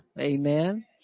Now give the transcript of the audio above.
amen